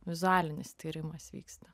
vizualinis tyrimas vyksta